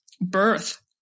birth